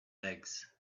legs